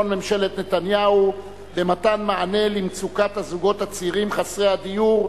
ממשלת נתניהו במתן מענה למצוקת הזוגות הצעירים חסרי הדיור,